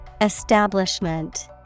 Establishment